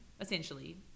essentially